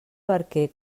barquer